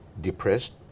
depressed